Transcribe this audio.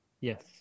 Yes